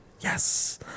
Yes